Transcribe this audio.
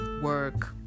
Work